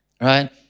Right